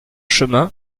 chemin